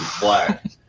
black